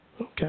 Okay